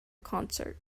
concert